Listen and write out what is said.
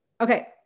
Okay